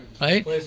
Right